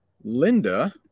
Linda